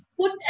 put